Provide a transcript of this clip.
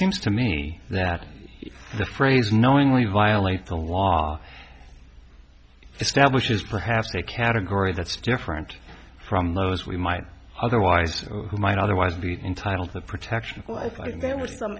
seems to me that the phrase knowingly violate the law establishes perhaps a category that's different from those we might otherwise who might otherwise be entitled to protection